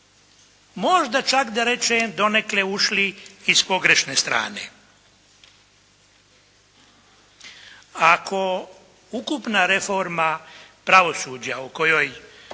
Možda čak da rečem donekle ušli i s pogrešne strane. Ako ukupna reforma pravosuđa o kojoj